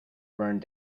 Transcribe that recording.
burned